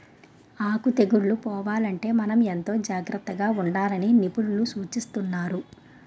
ఆకు తెగుళ్ళు పోవాలంటే మనం ఎంతో జాగ్రత్తగా ఉండాలని నిపుణులు సూచిస్తున్నారు